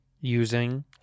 Using